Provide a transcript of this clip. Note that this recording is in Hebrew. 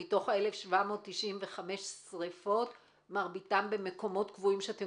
שמתוך 1,795 שריפות מרביתם במקומות קבועים שאתם